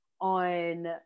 on